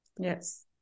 yes